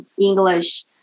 English